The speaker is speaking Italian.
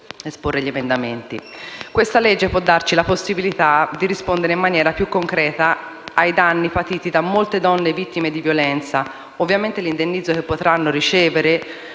fase emendativa. Questa legge può darci la possibilità di rispondere in maniera più concreta ai danni patiti da molte donne vittime di violenza. Ovviamente l'indennizzo che potranno ricevere